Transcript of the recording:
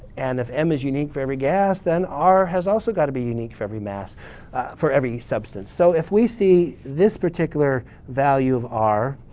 and if m is unique for every gas, then r has also got to be unique for every mass for every substance. so if we see this particular value of r,